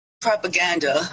propaganda